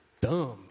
dumb